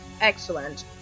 Excellent